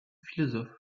philosophe